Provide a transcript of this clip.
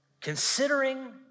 considering